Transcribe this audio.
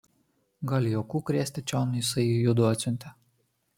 gal juokų krėsti čion jisai judu atsiuntė